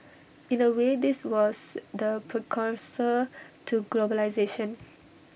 in A way this was the precursor to globalisation